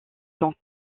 sont